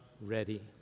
ready